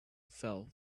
fell